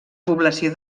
població